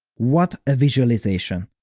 what a visualization!